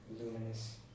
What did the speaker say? luminous